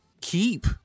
keep